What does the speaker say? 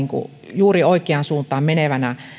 juuri oikeaan suuntaan menevänä